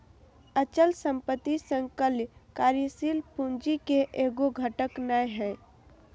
अचल संपत्ति सकल कार्यशील पूंजी के एगो घटक नै हइ